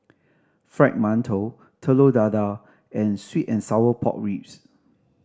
Fried Mantou Telur Dadah and sweet and sour pork ribs